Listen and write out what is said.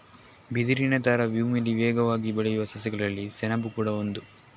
ಬಿದಿರಿನ ತರ ಭೂಮಿಯಲ್ಲಿ ವೇಗವಾಗಿ ಬೆಳೆಯುವ ಸಸ್ಯಗಳಲ್ಲಿ ಸೆಣಬು ಕೂಡಾ ಒಂದು